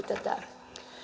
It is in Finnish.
tätä